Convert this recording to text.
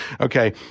okay